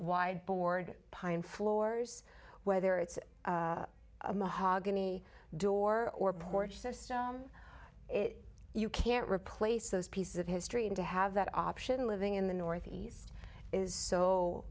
wide board pine floors whether it's a mahogany door or porch just it you can't replace those pieces of history and to have that option living in the northeast is so